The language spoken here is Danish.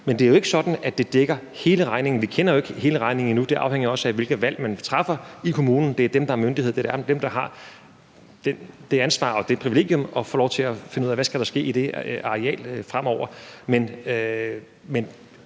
Men det er jo ikke sådan, at det dækker hele regningen. Vi kender jo ikke hele regningen endnu, og det afhænger jo også af, hvilke valg man træffer i kommunen, for det er dem, der er myndigheden, og det er dem, der har det ansvar og det privilegium at få lov til at finde ud af, hvad der skal ske i det areal fremover. Men